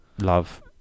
love